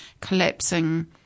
collapsing